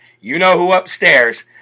you-know-who-upstairs